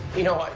you know,